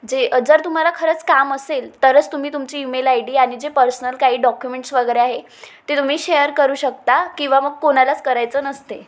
जे जर तुम्हाला खरं काम असेल तरच तुम्ही तुमची ईमेल आय डी आणि जे पर्सनल काही डॉक्युमेंट्स वगैरे आहे ते तुम्ही शेअर करू शकता किंवा मग कोणालाच करायचं नसते